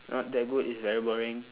not that good it's very boring